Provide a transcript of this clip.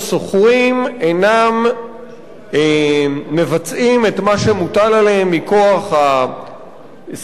שוכרים אינם מבצעים את מה שמוטל עליהם מכוח השכירות,